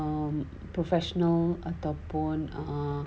um professional ataupun ah